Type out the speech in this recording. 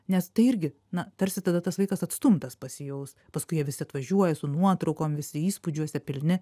nes tai irgi na tarsi tada tas vaikas atstumtas pasijaus paskui jie visi atvažiuoja su nuotraukom visi įspūdžiuose pilni